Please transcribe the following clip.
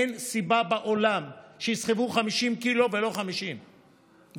אין סיבה בעולם שיסחבו 50 ק"ג ולא 25 ק"ג.